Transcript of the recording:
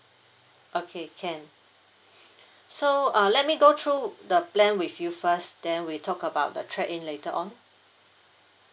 okay can so uh let me go through the plan with you first then we talk about the trade in later on